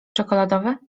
czekoladowe